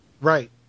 Right